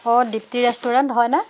অ' Dipti restaurant হয়নে